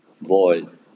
void